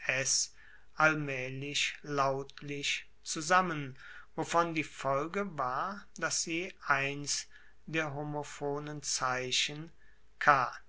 allmaehlich lautlich zusammen wovon die folge war dass je eins der homophonen zeichen